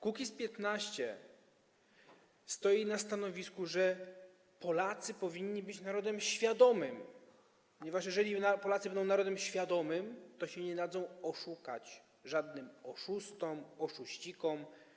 Kukiz’15 stoi na stanowisku, że Polacy powinni być narodem świadomym, ponieważ jeżeli Polacy będą narodem świadomym, to nie dadzą się oszukać żadnym oszustom, oszuścikom.